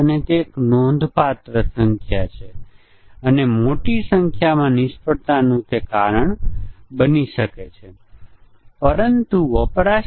આ બંને જ્યાં ડિમિલો 1978 દ્વારા પ્રસ્તાવિત છે અને આ બંને મ્યુટેશન ટેસ્ટીંગ પાછળનો મૂળ સિદ્ધાંત છે